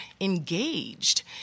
engaged